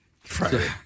Friday